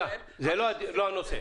זה לא הנושא.